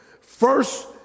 First